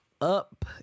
up